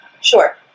Sure